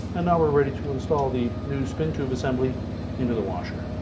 and now we're ready to install the new spin tube assembly into the washer.